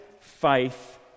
faith